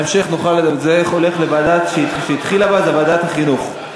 זה הולך לוועדה שהיא התחילה בה, ועדת החינוך.